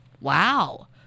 Wow